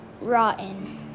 rotten